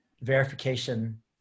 verification